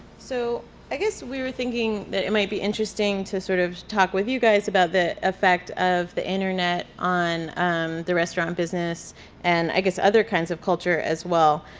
so i guess we were thinking that it might be interesting to sort of talk with you guys about the effect of the internet on um the restaurant business and i guess other kinds of culture as well.